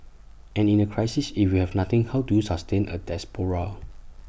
and in the crisis if we have nothing how do you sustain A diaspora